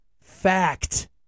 fact